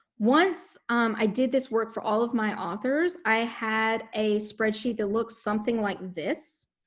once i did this work for all of my authors, i had a spreadsheet that looked something like this.